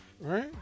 Right